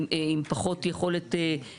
והמכלול הכפרי השמור,